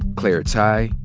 claire tighe,